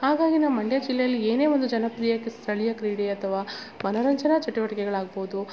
ಹಾಗಾಗಿ ನಮ್ಮ ಮಂಡ್ಯ ಜಿಲ್ಲೆಯಲ್ಲಿ ಏನೇ ಒಂದು ಜನಪ್ರಿಯ ಸ್ಥಳೀಯ ಕ್ರೀಡೆ ಅಥವಾ ಮನರಂಜನಾ ಚಟುವಟಿಕೆಗಳು ಆಗ್ಬೋದು